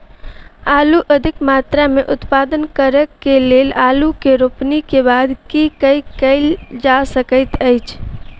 आलु अधिक मात्रा मे उत्पादन करऽ केँ लेल आलु केँ रोपनी केँ बाद की केँ कैल जाय सकैत अछि?